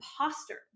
imposter